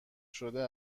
شده